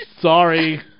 sorry